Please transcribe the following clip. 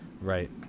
right